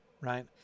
right